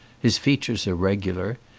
his features are regular.